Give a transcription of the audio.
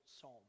psalm